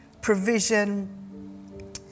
provision